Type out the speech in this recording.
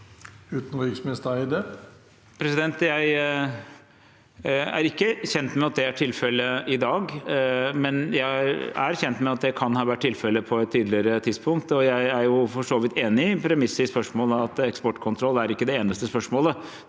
Utenriksminister Espen Barth Eide Jeg er ikke kjent med at det er tilfellet i dag, men jeg er kjent med at det kan ha vært tilfellet på et tidligere tidspunkt. Jeg er for så vidt enig i premisset i spørsmålet, at eksportkontroll ikke er det eneste spørsmålet.